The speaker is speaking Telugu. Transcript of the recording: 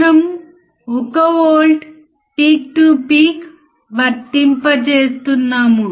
మనము ఇన్పుట్ చూస్తాము మనము అవుట్పుట్ చూస్తాము